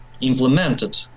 implemented